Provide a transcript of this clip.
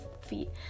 feet